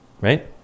right